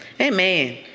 Amen